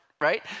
right